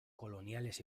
coloniales